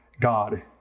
God